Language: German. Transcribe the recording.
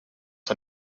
von